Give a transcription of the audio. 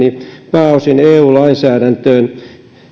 pääosin eu lainsäädäntöön